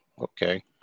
okay